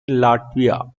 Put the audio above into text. latvia